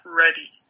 ready